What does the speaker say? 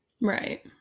right